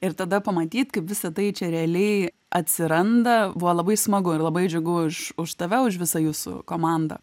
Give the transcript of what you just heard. ir tada pamatyt kaip visa tai čia realiai atsiranda buvo labai smagu ir labai džiugu už už tave už visą jūsų komandą